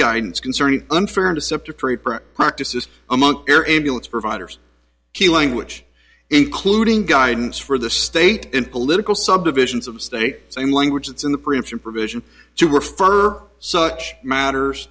guidance concerning unfair and deceptive trade practices among air ambulance providers key language including guidance for the state in political subdivisions of state same language it's in the preemption provision to refer such matters